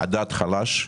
דעת חלש.